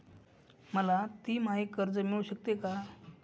मला तिमाही कर्ज मिळू शकते का?